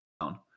town